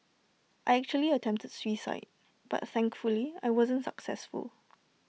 I actually attempted suicide but thankfully I wasn't successful